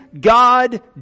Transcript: God